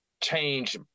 change